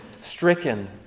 stricken